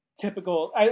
typical